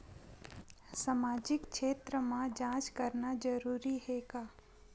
सामाजिक क्षेत्र म जांच करना जरूरी हे का?